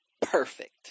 perfect